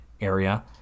area